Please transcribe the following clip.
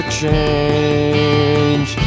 change